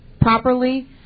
properly